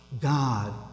God